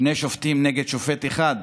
שני שופטים נגד שופט אחד,